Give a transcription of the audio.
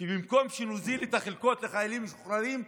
שבמקום שנוזיל את החלקות לחיילים משוחררים,